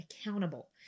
accountable